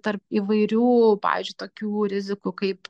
tarp įvairių pavyzdžiui tokių rizikų kaip